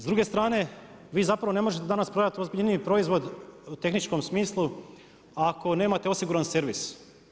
S druge strane, vi zapravo ne možete danas prodati ozbiljniji proizvod u tehničkom smislu ako nemate osiguran servis.